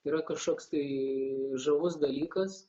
yra kažkoks tai žavus dalykas